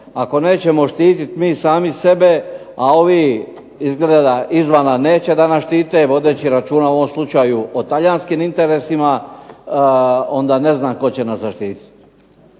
Ako nećemo štiti sami sebe, a ovi izgleda izvana neće da nas štite vodeći računa u ovom slučaju o talijanskim interesima, onda ne znam tko će nas zaštiti.